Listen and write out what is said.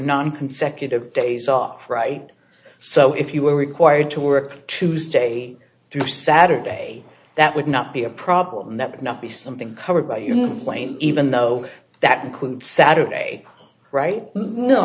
nine consecutive days off right so if you were required to work tuesday through saturday that would not be a problem that not be something covered by your claim even though that includes saturday right no